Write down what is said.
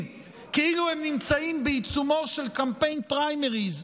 כאילו הם נמצאים בעיצומו של קמפיין פריימריז,